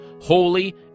holy